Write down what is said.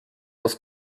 was